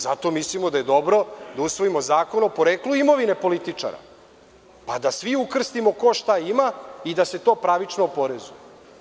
Zato mislimo da je dobro da usvojimo zakon o poreklu imovine političara, pa da svi ukrstimo ko šta ima i da se to pravično oporezuje.